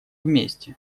вместе